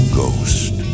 ghost